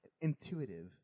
intuitive